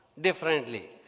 differently